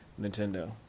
Nintendo